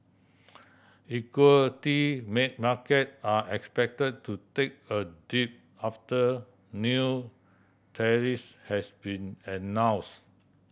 equity make market are expect to take a dive after new has been announce